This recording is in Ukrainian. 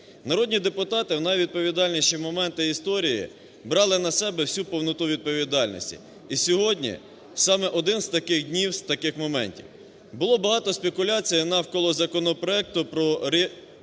Народні депутати в найвідповідальніші моменти історії брали на себе всю повноту відповідальності. І сьогодні саме один з таких днів, з таких моментів. Було багато спекуляцій навколо законопроекту про реінтеграцію